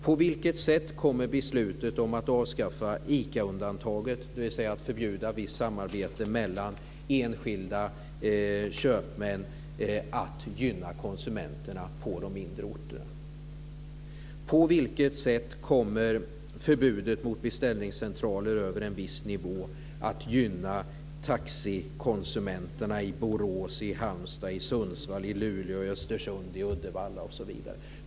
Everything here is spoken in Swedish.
På vilket sätt kommer beslutet om att avskaffa ICA-undantaget, dvs. att förbjuda visst samarbete mellan enskilda köpmän, att gynna konsumenterna på de mindre orterna? På vilket sätt kommer förbudet mot beställningscentraler över en viss nivå att gynna taxikonsumenterna i Borås, i Halmstad, i Sundsvall, i Luleå, i Östersund, i Uddevalla osv.?